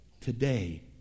Today